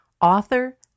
author